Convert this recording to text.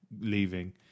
leaving